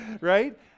right